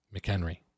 McHenry